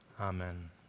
Amen